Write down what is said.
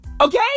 okay